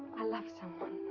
i love someone.